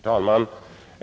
Herr talman!